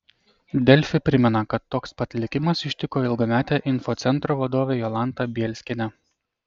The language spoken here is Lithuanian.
delfi primena kad toks pat likimas ištiko ilgametę infocentro vadovę jolantą bielskienę